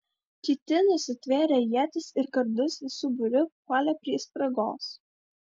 kiti nusitvėrę ietis ir kardus visu būriu puolė prie spragos